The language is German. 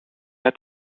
hat